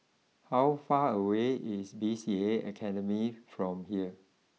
how far away is B C A Academy from here